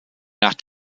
nach